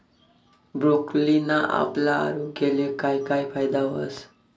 ब्रोकोलीना आपला आरोग्यले काय काय फायदा व्हस